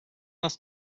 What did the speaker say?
les